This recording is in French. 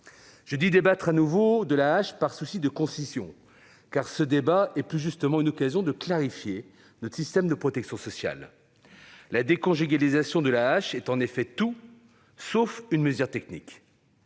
Je dis « débattre à nouveau de l'AAH » par souci de concision, car ce débat est, plus exactement, une occasion de clarifier notre système de protection sociale. La déconjugalisation de l'AAH est en effet tout, sauf une mesure technique.